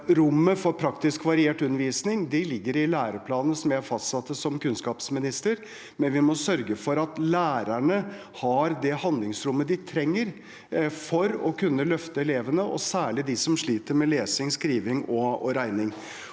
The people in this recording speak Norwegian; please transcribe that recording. Rommet for praktisk og variert undervisning ligger i læreplanene som jeg fastsatte som kunnskapsminister, men vi må sørge for at lærerne har det handlingsrommet de trenger for å kunne løfte elevene, særlig dem som sliter med lesing, skriving og regning.